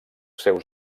seus